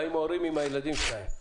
באים הורים עם הילדים שלהם,